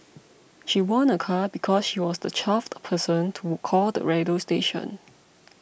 she won a car because she was the twelfth person to call the radio station